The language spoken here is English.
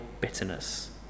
bitterness